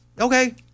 Okay